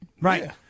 Right